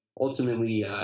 ultimately